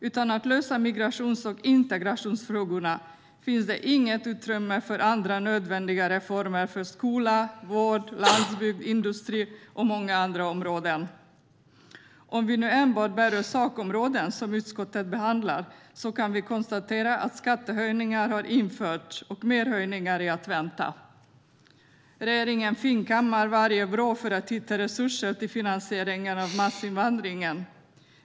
Utan en lösning på migrations och integrationsfrågorna finns det inget utrymme för andra nödvändiga reformer för skola, vård, landsbygd, industri och många andra områden. Om vi nu enbart berör de sakområden som utskottet behandlar kan vi konstatera att skattehöjningar har införts och att mer höjningar är att vänta. Regeringen finkammar varje vrå för att hitta resurser till finansieringen av massinvandringen.